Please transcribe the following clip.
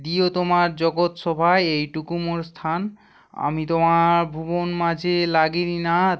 দিয়ো তোমার জগৎ সভায় এইটুকু মোর স্থান আমি তোমার ভুবন মাঝে লাগিনি নাথ